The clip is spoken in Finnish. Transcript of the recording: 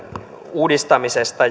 uudistamisesta